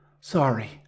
Sorry